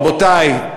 רבותי,